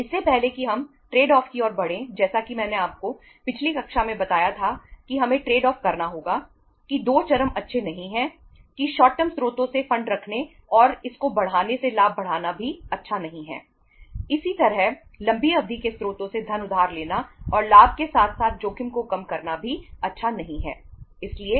इससे पहले कि हम ट्रेड ऑफ करना चाहिए